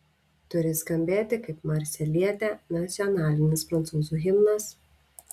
turi skambėti kaip marselietė nacionalinis prancūzų himnas